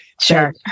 Sure